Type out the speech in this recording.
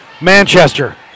Manchester